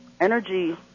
energy